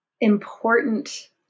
important